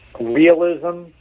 Realism